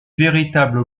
véritable